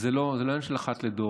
זה לא עניין של אחת לדור.